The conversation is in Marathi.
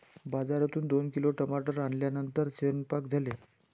बाजारातून दोन किलो टमाटर आणल्यानंतर सेवन्पाक झाले